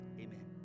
Amen